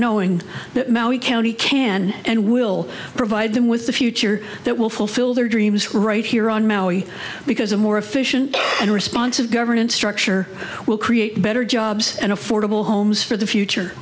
knowing that maui county can and will provide them with the future that will fulfill their dreams right here on maui because a more efficient and responsive governance structure will create better jobs and affordable homes for the future